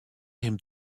him